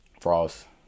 Frost